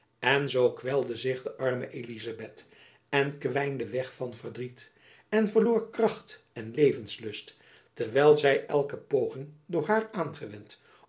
en zoo kwelde zich de arme jacob van lennep elizabeth musch elizabeth en kwijnde weg van verdriet en verloor kracht en levenslust terwijl zy elke poging door haar aangewend